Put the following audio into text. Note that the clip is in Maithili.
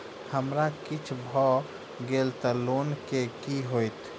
हमरा किछ भऽ गेल तऽ ऋण केँ की होइत?